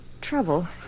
trouble